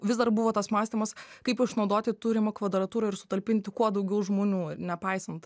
vis dar buvo tas mąstymas kaip išnaudoti turimą kvadratūrą ir sutalpinti kuo daugiau žmonių nepaisant